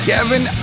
Kevin